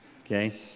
okay